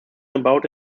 about